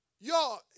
y'all